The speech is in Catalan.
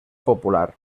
popular